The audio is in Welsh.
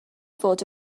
fod